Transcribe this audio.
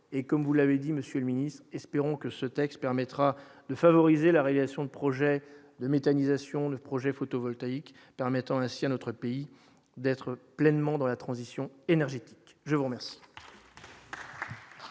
et comme vous l'avez dit, Monsieur le Ministre, espérons que ce texte permettra de favoriser la réalisation de projets de méthanisation de projets photovoltaïques permettant ainsi à notre pays d'être pleinement dans la transition énergétique, je vous remercie.